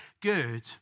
good